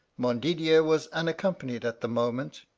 montdidier was unaccompanied at the moment,